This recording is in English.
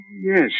yes